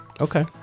Okay